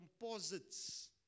composites